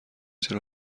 چرا